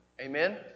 Amen